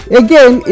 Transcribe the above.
again